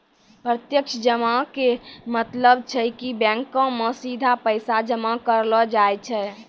प्रत्यक्ष जमा के मतलब छै कि बैंको मे सीधा पैसा जमा करलो जाय छै